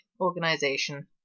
organization